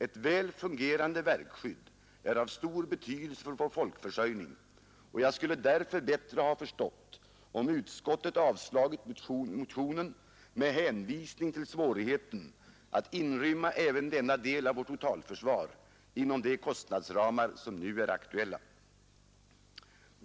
Ett väl fungerande verkskydd är av stor betydelse för vår folkförsörjning, och jag skulle därför bättre ha förstått, om utskottet avstyrkt motionen med hänvisning till svårigheten att inrymma även denna del av vårt totalförsvar inom de kostnadsramar som nu är aktuella.